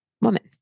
woman